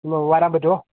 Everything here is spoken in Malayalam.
ഒന്ന് വരാൻ പറ്റുമോ